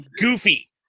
goofy